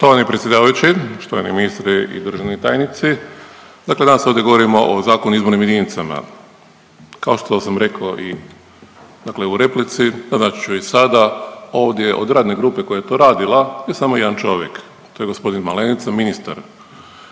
Štovani predsjedavajući, štovani ministre i državni tajnici, dakle danas ovdje govorimo o Zakonu o izbornim jedinicama. Kao što sam rekao i dakle u replici naznačit ću i sada ovdje od radne grupe koja je to radila je samo jedan čovjek, to je gospodin Malenica ministar.